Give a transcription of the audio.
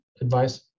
advice